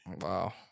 Wow